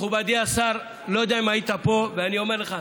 מכובדי השר, לא יודע אם היית פה, ואני אומר לך.